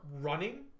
running